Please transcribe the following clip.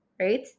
right